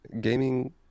gaming